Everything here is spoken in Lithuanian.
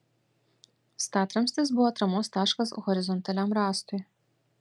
statramstis buvo atramos taškas horizontaliam rąstui